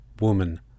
Woman